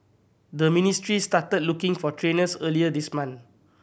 the ministry started looking for trainers earlier this month